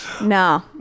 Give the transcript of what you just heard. no